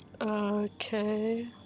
Okay